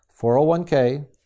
401k